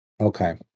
Okay